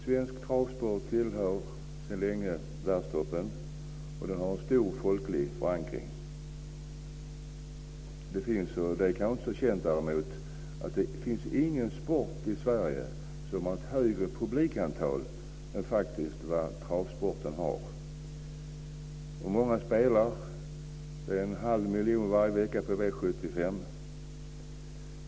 Svensk travsport tillhör sedan länge världstoppen och har stor folklig förankring. Det kanske däremot inte är så känt att ingen sport i Sverige har ett större publikantal än travsporten. Det är också många som spelar på hästar. Varje vecka spelar en halv miljon svenskar på V 75.